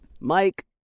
Mike